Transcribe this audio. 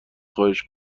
خواهش